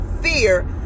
fear